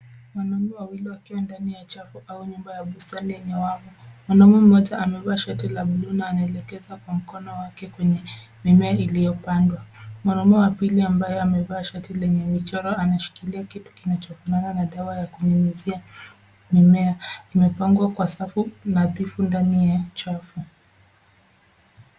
Wanaume wawili wakiwa ndani ya chafu au nyumba ya bustani yenye wavu . Mwanaume mmoja amevaa shati la bluu na anaelekeza mkono wake kwenye mimea iliyopandwa. Mwanaume wa pili ambaye amevaa shati lenye michoro ameshikilia kitu kinachofanana na dawa ya kunyunyizia mimea. Imepangwa kwa safu nadhifu ndani ya chafu.